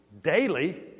daily